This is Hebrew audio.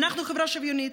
אנחנו חברה שוויונית.